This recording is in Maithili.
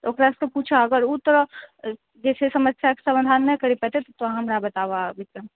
तऽ ओकरा से तोँ पुछऽ अगर ओ तोरा जे छै से समस्याके समाधान नहि करि पैतै तऽ तोँ हमरा बताबऽ आबिके